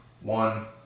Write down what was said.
one